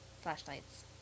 flashlights